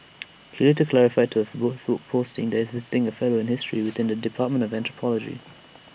he later clarified to A Facebook posting that he is A visiting fellow in history within the dept of anthropology